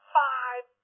five